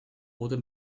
oder